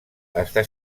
està